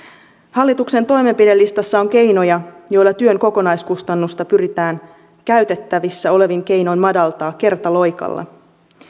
hallituksen toimenpidelistassa on keinoja joilla työn kokonaiskustannusta pyritään käytettävissä olevin keinoin madaltamaan kertaloikalla